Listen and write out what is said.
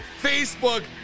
Facebook